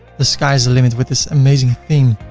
the sky is the limit with this amazing theme.